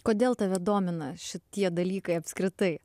kodėl tave domina šitie dalykai apskritai